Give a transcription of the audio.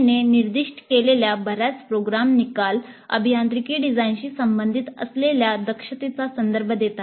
एनबीएने निर्दिष्ट केलेले बर्याच प्रोग्राम निकाल अभियांत्रिकी डिझाइनशी संबंधित असलेल्या दक्षतेचा संदर्भ देतात